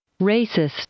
racist